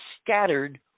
scattered